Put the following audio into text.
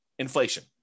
Inflation